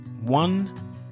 one